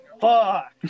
Fuck